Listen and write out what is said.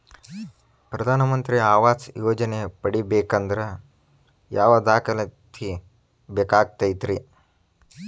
ಪ್ರಧಾನ ಮಂತ್ರಿ ಆವಾಸ್ ಯೋಜನೆ ಪಡಿಬೇಕಂದ್ರ ಯಾವ ದಾಖಲಾತಿ ಬೇಕಾಗತೈತ್ರಿ?